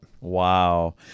Wow